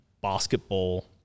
basketball